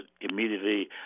immediately